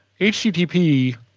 HTTP